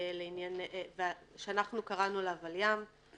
שאנחנו קראנו לה ולי"ם,